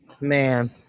Man